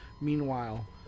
Meanwhile